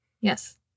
Yes